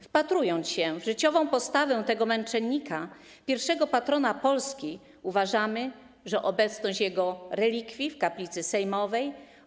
Wpatrując się w życiową postawę tego męczennika, pierwszego patrona Polski, uważamy, że obecność Jego relikwii w kaplicy sejmowej